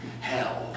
Hell